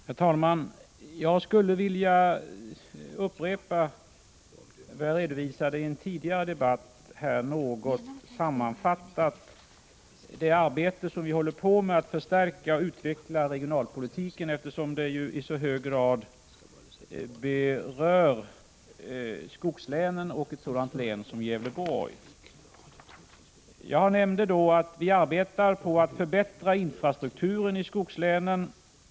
Herr talman! Jag skulle något sammanfattat vilja upprepa vad jag i en tidigare debatt redovisade om det arbete som vi håller på med för att förstärka och utveckla regionalpolitiken, eftersom detta i så hög grad berör skogslänen och ett sådant län som Gävleborg. Jag nämnde att vi arbetar på att förbättra infrastrukturen i skogslänen.